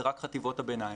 זה רק בחטיבות הביניים,